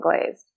glazed